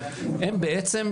הם בעצם,